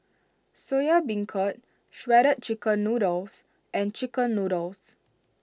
Soya Beancurd Shredded Chicken Noodles and Chicken Noodles